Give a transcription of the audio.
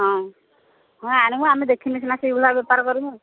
ହଁ ହଁ ଆଣିବୁ ଆମେ ଦେଖିଲେ ସିନା ସେଇଭଳିଆ ବେପାର କରିବୁ